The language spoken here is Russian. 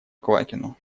квакину